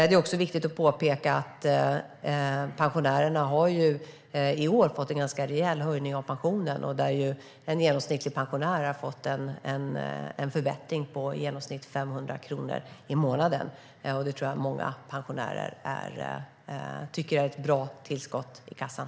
Det är också viktigt att påpeka att pensionärerna i år har fått en ganska rejäl höjning av pensionen. En genomsnittlig pensionär har fått en förbättring på i genomsnitt 500 kronor i månaden, och det tror jag att många pensionärer tycker är ett bra tillskott i kassan.